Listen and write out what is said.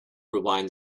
rewind